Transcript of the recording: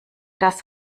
das